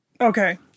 Okay